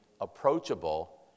approachable